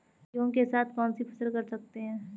गेहूँ के साथ कौनसी फसल कर सकते हैं?